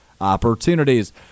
opportunities